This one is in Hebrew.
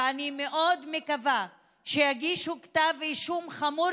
ואני מאוד מקווה שיגישו כתב אישום חמור